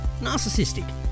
narcissistic